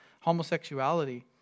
homosexuality